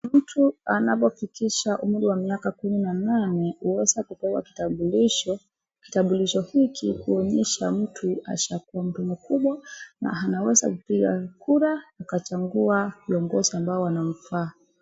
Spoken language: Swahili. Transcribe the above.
Mtu anapofikisha umri wa miaka kumi na nane huweza kupewa kitambulisho. Kitambulisho hiki huonyesha mtu ashakua mtu mkubwa na anaweza kupiga kura akachagua viongozi ambao wanamfaa.